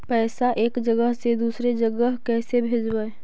पैसा एक जगह से दुसरे जगह कैसे भेजवय?